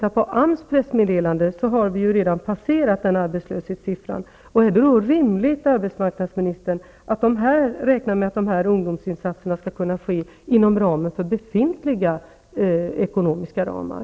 Av AMS pressmeddelande framgår att vi redan har överskridit den arbetslöshetsnivån. Är det då rimligt, arbetsmarknadsministern, att räkna med att dessa ungdomsinsatser skall kunna ske inom befintliga ekonomiska ramar?